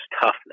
toughness